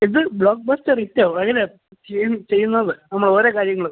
ഇത് ബ്ലോക്ക്ബസ്റ്റർ ഹിറ്റാവും അതിന് ചെയ്യുന്നത് നമ്മളോരോ കാര്യങ്ങളും